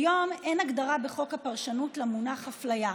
כיום אין הגדרה בחוק הפרשנות למונח אפליה,